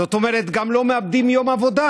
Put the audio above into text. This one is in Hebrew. זאת אומרת, גם לא מאבדים יום עבודה.